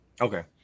Okay